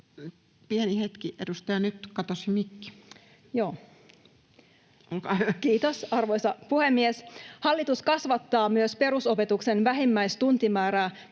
mikrofoni sulkeutuu] Kiitos, arvoisa puhemies! Hallitus kasvattaa myös perusopetuksen vähimmäistuntimäärää